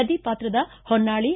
ನದಿಪಾತ್ರದ Honnali